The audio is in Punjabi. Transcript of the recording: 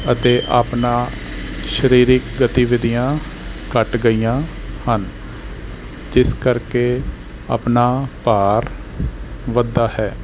ਅਤੇ ਆਪਣਾ ਸਰੀਰਕ ਗਤੀਵਿਧੀਆਂ ਘੱਟ ਗਈਆਂ ਹਨ ਜਿਸ ਕਰਕੇ ਆਪਣਾ ਭਾਰ ਵੱਧਦਾ ਹੈ